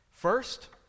First